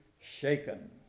shaken